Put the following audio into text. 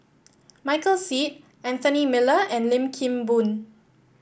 Michael Seet Anthony Miller and Lim Kim Boon